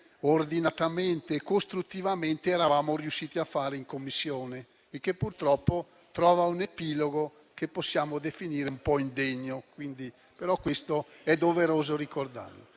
ordinatamente e costruttivamente, eravamo riusciti a fare in Commissione e che purtroppo trova un epilogo che possiamo definire un po’ indegno. Questo è doveroso ricordarlo.